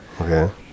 Okay